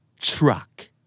Truck